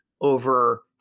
over